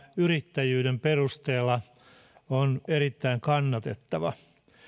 yrittäjyyden perusteella on erittäin kannatettava